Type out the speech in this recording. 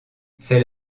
c’est